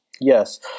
yes